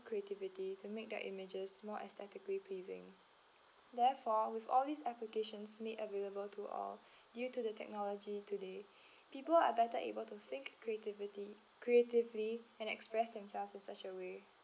creativity to make their images more aesthetically pleasing therefore with all these applications made available to all due to the technology today people are better able to think creativity creatively and express themselves in such a way